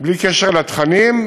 בלי קשר לתכנים,